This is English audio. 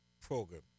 program